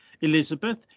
Elizabeth